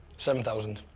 seven thousand.